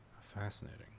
Fascinating